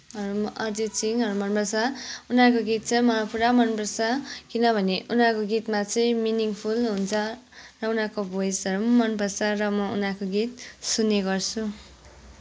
अरिजित सिंहहरू मनपर्छ उनीहरूको गीत चाहिँ मलाई पुरा मनपर्छ किनभने उनीहरूको गीतमा चाहिँ मिनिङफुल हुन्छ र उनीहरूको भोइसहरू पनि मनपर्छ र म उनीहरूको गीत सुन्ने गर्छु